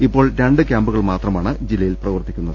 ഇപ്പോൾ രണ്ട് ക്യാംപുകൾ മാത്രമാണ് ജില്ലയിൽ പ്രവർത്തി ക്കുന്നത്